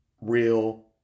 real